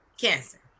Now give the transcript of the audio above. cancer